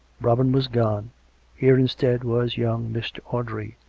robin was gone here, instead, was young mr. audrey,